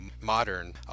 modern